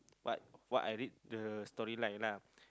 what what I read the story line lah